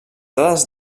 dades